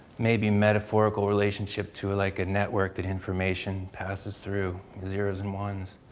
may be metaphorical relationship to like a network that information passes through, the zeros and ones.